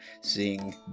seeing